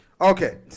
Okay